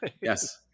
Yes